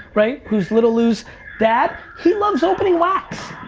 right, who's little lou's dad, he loves opening wax.